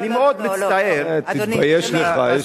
ואני מאוד מצטער, אדוני, אדוני, תתבייש לך.